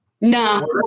No